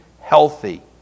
healthy